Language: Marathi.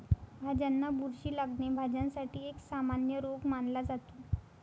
भाज्यांना बुरशी लागणे, भाज्यांसाठी एक सामान्य रोग मानला जातो